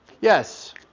Yes